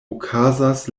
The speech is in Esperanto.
okazas